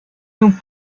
nous